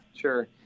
sure